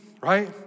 right